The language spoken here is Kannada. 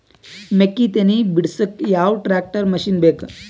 ಮೆಕ್ಕಿ ತನಿ ಬಿಡಸಕ್ ಯಾವ ಟ್ರ್ಯಾಕ್ಟರ್ ಮಶಿನ ಬೇಕು?